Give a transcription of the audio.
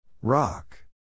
Rock